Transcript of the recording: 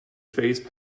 face